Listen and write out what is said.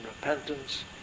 repentance